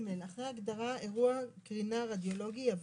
"(ג)אחרי ההגדרה "אירוע קרינה רדיולוגי" יבוא: